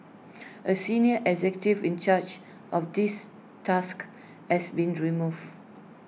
A senior executive in charge of this task has been removed